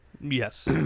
Yes